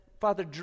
Father